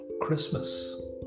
Christmas